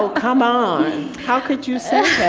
come on, how could you say?